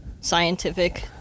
scientific